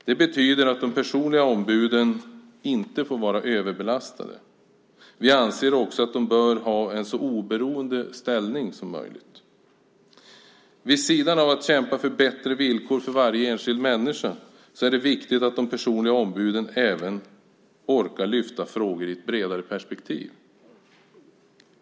Det betyder att de personliga ombuden inte får vara överbelastade. Vi anser också att de bör ha en så oberoende ställning som möjligt. Vid sidan av att kämpa för bättre villkor för varje enskild människa är det viktigt att de personliga ombuden även orkar lyfta frågor i ett bredare perspektiv.